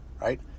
right